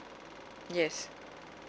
yes